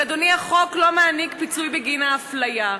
אבל, אדוני, החוק לא מעניק פיצוי בגין האפליה.